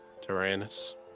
Tyrannus